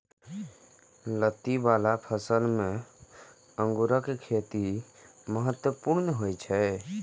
लत्ती बला फसल मे अंगूरक खेती महत्वपूर्ण होइ छै